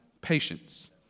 patience